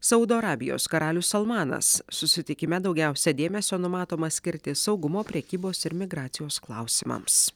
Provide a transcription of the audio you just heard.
saudo arabijos karalius salmanas susitikime daugiausiai dėmesio numatoma skirti saugumo prekybos ir migracijos klausimams